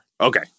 Okay